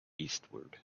eastward